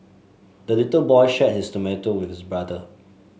the little boy shared his tomato with his brother